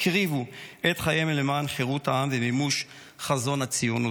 הקריבו את חייהם למען חירות העם ומימוש חזון הציונות.